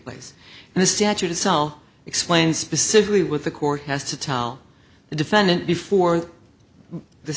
place and the statute itself explained specifically with the court has to tell the defendant before th